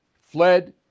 fled